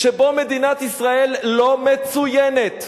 שבו מדינת ישראל לא מצוינת,